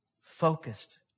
focused